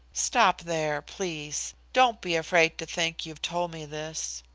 stop there, please. don't be afraid to think you've told me this.